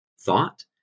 thought